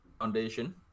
foundation